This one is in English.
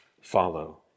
follow